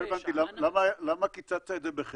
לא הבנתי, למה קיצצת את זה בחצי?